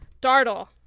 Dartle